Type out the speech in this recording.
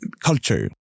culture